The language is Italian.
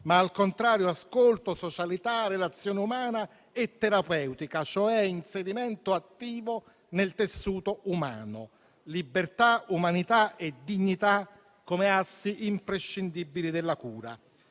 ma al contrario ascolto, socialità, relazione umana e terapeutica, cioè inserimento attivo nel tessuto umano, libertà, umanità e dignità come assi imprescindibili della cura.